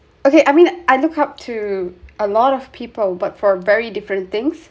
okay I mean I look up to a lot of people but for a very different things